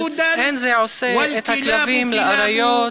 אבל אין זה עושה את הכלבים לאריות,